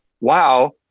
wow